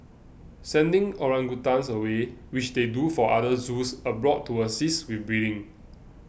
sending orangutans away which they do for other zoos abroad to assist with breeding